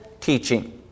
teaching